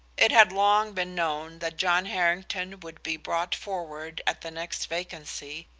it had long been known that john harrington would be brought forward at the next vacancy,